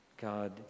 God